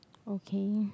okay